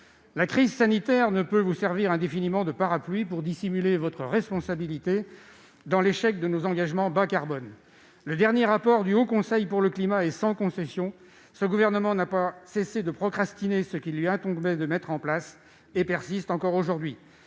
La crise sanitaire ne peut vous servir indéfiniment de parapluie pour dissimuler votre responsabilité dans l'échec de nos engagements bas-carbone. Le dernier rapport du Haut Conseil pour le climat est sans concession : ce gouvernement n'a pas cessé de procrastiner et de reporter ce qu'il lui incombait de mettre en place, et ce, jusqu'à aujourd'hui.